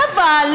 חבל,